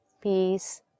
peace